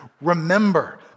remember